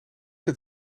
het